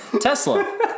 Tesla